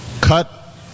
cut